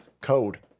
code